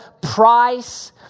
price